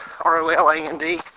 R-O-L-A-N-D